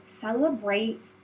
celebrate